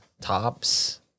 tops